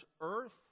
earth